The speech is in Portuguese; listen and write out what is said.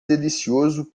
delicioso